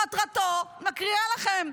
מקריאה לכם,